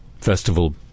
festival